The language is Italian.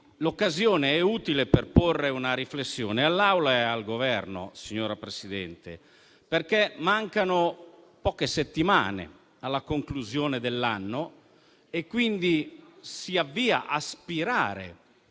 L'occasione è utile per porre una riflessione all'Assemblea e al Governo, signora Presidente, perché mancano poche settimane alla conclusione dell'anno e quindi si avvia a spirare